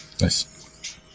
Nice